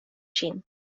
ŝin